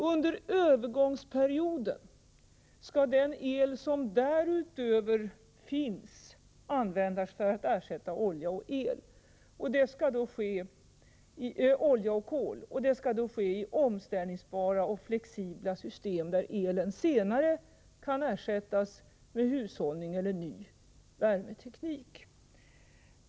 Under övergångsperioden skall den el som därutöver finns användas för att ersätta olja och kol, och detta skall då ske i omställningsbara och flexibla system, där förbrukningen av el senare kan minskas genom hushållning eller med ny värmeteknik.